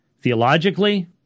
Theologically